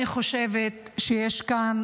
אני חושבת שיש כאן